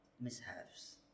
Mishaps